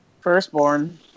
Firstborn